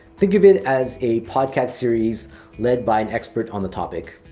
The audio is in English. think of it as a podcast series led by an expert on the topic.